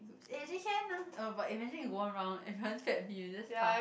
eh actually can ah uh but imagine you go one round everyone scared be is just tough